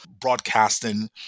broadcasting